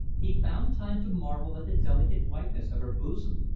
he found time to marvel at the delicate whiteness of her bosom,